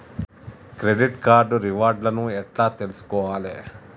Credit card reward లను ఎట్ల తెలుసుకోవాలే?